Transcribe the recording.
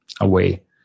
away